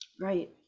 Right